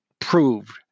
proved